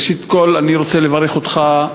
ראשית כול אני רוצה לברך אותך,